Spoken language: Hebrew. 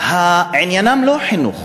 עניינם לא חינוך